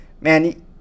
man